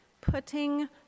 putting